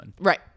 Right